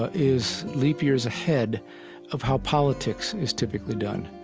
ah is leap years ahead of how politics is typically done,